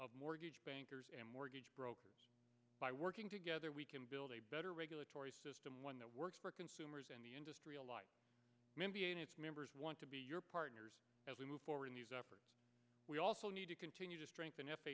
of mortgage bankers and mortgage brokers by working together we can build a better regulatory system one that works for consumers and the industry alike in its members want to be your partners as we move forward in these efforts we also need to continue to strengthen f